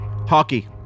hockey